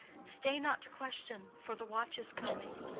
stay not to question, for the watch is coming.